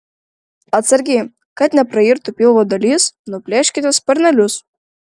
atsargiai kad neprairtų pilvo dalis nuplėškite sparnelius